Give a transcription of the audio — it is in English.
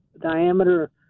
diameter